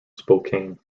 spokane